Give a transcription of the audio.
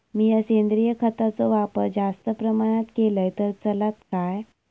मीया सेंद्रिय खताचो वापर जास्त प्रमाणात केलय तर चलात काय?